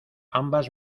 ambas